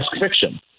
fiction